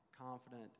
Confident